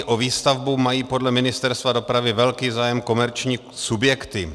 O výstavbu mají podle Ministerstva dopravy velký zájem komerční subjekty.